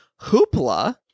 Hoopla